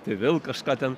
tai vėl kažką ten